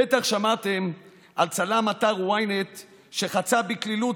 בטח שמעתם על צלם אתר ynet שחצה בקלילות